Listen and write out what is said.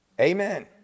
Amen